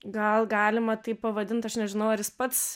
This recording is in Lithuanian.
gal galima taip pavadint aš nežinau ar jis pats